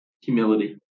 humility